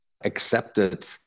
accepted